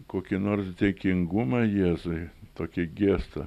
kokį nors dėkingumą jėzui tokį gestą